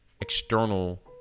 external